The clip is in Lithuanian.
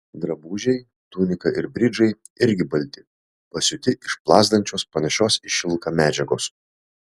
drabužiai tunika ir bridžai irgi balti pasiūti iš plazdančios panašios į šilką medžiagos